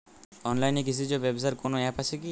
অনলাইনে কৃষিজ ব্যবসার কোন আ্যপ আছে কি?